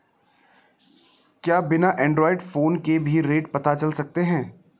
क्या बिना Android phone के भी रेट पता चल सकता है?